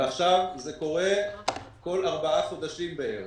ועכשיו זה קורה בכל ארבעה חודשים בערך.